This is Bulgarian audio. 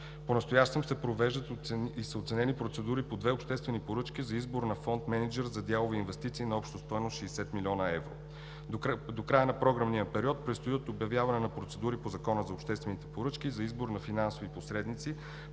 Понастоящем се провеждат и са оценени процедури по две обществени поръчки за избор на Фонд „Мениджър“ за дялови инвестиции на обща стойност 60 млн. евро. До края на програмния период предстоят обявяване на процедури по Закона за обществените поръчки за избор на финансови посредници